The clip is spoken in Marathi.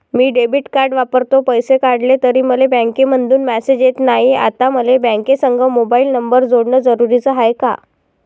मी डेबिट कार्ड वापरतो, पैसे काढले तरी मले बँकेमंधून मेसेज येत नाय, आता मले बँकेसंग मोबाईल नंबर जोडन जरुरीच हाय का?